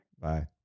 Bye